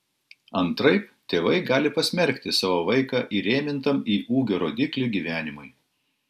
antraip tėvai gali pasmerkti savo vaiką įrėmintam į ūgio rodiklį gyvenimui